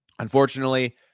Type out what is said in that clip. Unfortunately